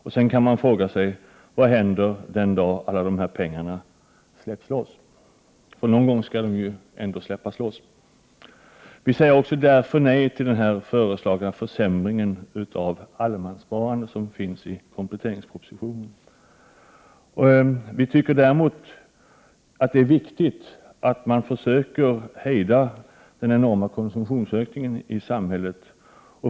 Man kan också fråga sig vad som händer den dag då alla dessa pengar släpps loss. Någon gång skall det ju ändå ske. Vi säger därför också nej till förslaget i kompletteringspropositionen om försämring av allemanssparandet. Vi tycker däremot att det är viktigt att man försöker hejda den enorma konsumtionsökningen i samhället.